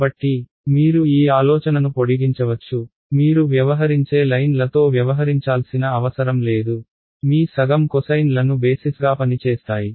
కాబట్టి మీరు ఈ ఆలోచనను పొడిగించవచ్చు మీరు వ్యవహరించే లైన్లతో వ్యవహరించాల్సిన అవసరం లేదు మీ సగం కొసైన్లను బేసిస్గా పనిచేస్తాయి